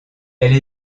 elle